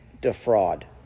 defraud